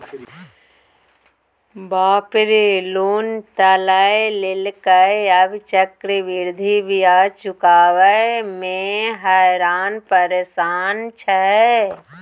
बाप रे लोन त लए लेलकै आब चक्रवृद्धि ब्याज चुकाबय मे हरान परेशान छै